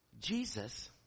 Jesus